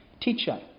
Teacher